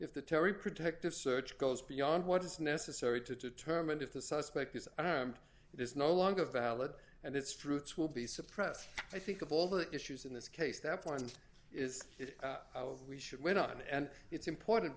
if the terry protective search goes beyond what is necessary to determine if the suspect is is no longer valid and its roots will be suppressed i think of all the issues in this case that point is if we should went on and it's important